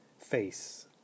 Face